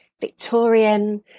Victorian